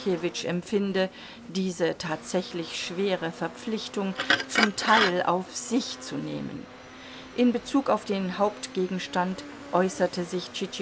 empfinde diese tatsächlich schwere verpflichtung zum teil auf sich zu nehmen in bezug auf den hauptgegenstand äußerte sich